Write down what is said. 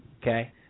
Okay